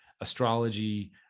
astrology